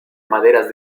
maderas